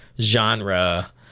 genre